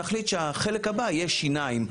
נחליט שהחלק הבא יהיה שיניים,